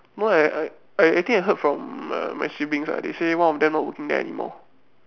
no I I think I heard from my my siblings ah they say one of them not working there anymore